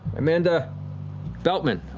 amanda beltman,